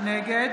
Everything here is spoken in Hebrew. נגד